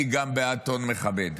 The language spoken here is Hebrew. אני גם בעד טון מכבד,